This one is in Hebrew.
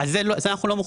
לזה אנחנו לא מוכנים.